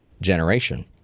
generation